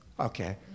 Okay